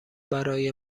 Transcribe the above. برای